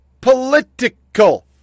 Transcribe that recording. political